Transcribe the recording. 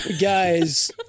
guys